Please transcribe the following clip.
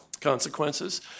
consequences